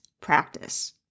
practice